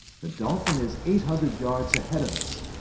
the dolphin is eight hundred yards ahead of us.